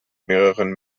mehreren